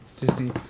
Disney